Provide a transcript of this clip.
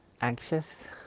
anxious